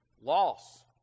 loss